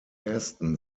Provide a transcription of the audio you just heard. ersten